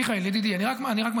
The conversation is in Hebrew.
מיכאל ידידי, אני רק מסביר.